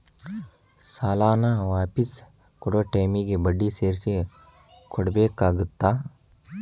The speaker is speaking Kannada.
ಸಾಲಾನ ವಾಪಿಸ್ ಕೊಡೊ ಟೈಮಿಗಿ ಬಡ್ಡಿ ಸೇರ್ಸಿ ಕೊಡಬೇಕಾಗತ್ತಾ